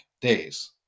days